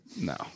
No